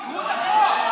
תקראו את החוק.